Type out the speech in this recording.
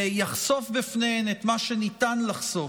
יחשוף בפניהן את מה שניתן לחשוף,